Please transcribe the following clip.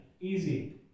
Easy